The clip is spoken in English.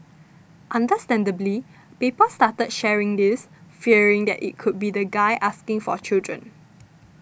understandably people started sharing this fearing that it could be that guy asking for a children